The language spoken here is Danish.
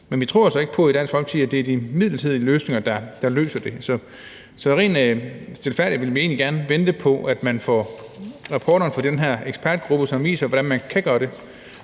tror vi altså ikke på, at det er de midlertidige løsninger, der løser det. Så helt stilfærdigt vi vil egentlig gerne vente på, at man får rapporterne fra den her ekspertgruppe, som viser, hvordan man kan gøre det,